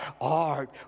art